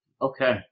Okay